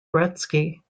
gretzky